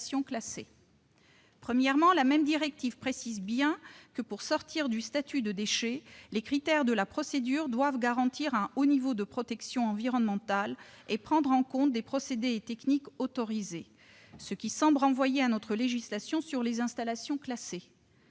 Premièrement, la même directive exige bien que, pour sortir du statut de déchet, les critères de la procédure doivent garantir un haut niveau de protection environnementale et prendre en compte des procédés et techniques autorisés, ce qui semble renvoyer à notre législation sur les installations classées.